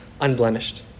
unblemished